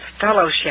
fellowship